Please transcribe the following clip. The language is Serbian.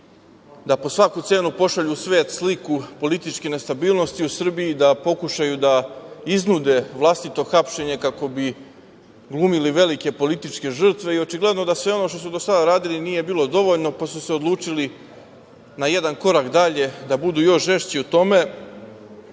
da po svaku cenu pošalju u svet sliku političke nestabilnosti u Srbiji, da pokušaju da iznude vlastito hapšenje, kako bi glumili velike političke žrtve. Očigledno da sve ono što su do sada radili nije bilo dovoljno, pa su se odlučili na jedan korak dalje, da budu još žešći u tome. Ako